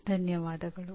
ತುಂಬ ಧನ್ಯವಾದಗಳು